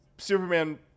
Superman